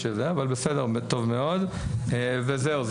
וזהו.